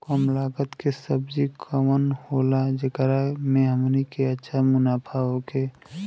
कम लागत के सब्जी कवन होला जेकरा में हमनी के अच्छा मुनाफा होखे?